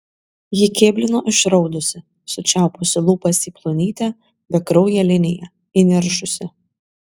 ji kėblino išraudusi sučiaupusi lūpas į plonytę bekrauję liniją įniršusi